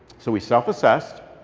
so we self-assessed.